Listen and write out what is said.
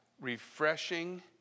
refreshing